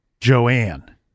joanne